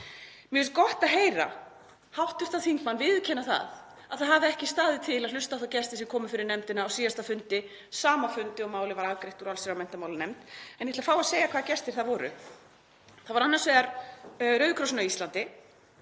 Mér finnst gott að heyra hv. þingmann viðurkenna að það hafi ekki staðið til að hlusta á þá gesti sem komu fyrir nefndina á síðasta fundi, sama fundi og málið var afgreitt úr allsherjar- og menntamálanefnd, en ég ætla að fá að segja hvaða gestir það voru. Það var annars vegar Rauði krossinn á Íslandi